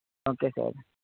okay sir